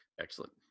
Excellent